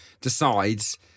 decides